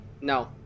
No